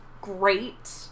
great